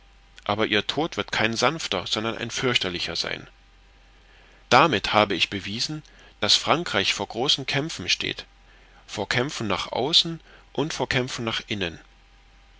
aber ihr tod wird kein sanfter sondern ein fürchterlicher sein damit habe ich bewiesen daß frankreich vor großen kämpfen steht vor kämpfen nach außen und vor kämpfen nach innen